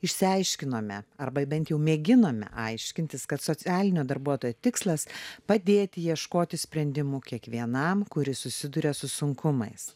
išsiaiškinome arba bent jau mėginome aiškintis kad socialinio darbuotojo tikslas padėti ieškoti sprendimų kiekvienam kuris susiduria su sunkumais